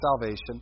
salvation